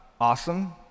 awesome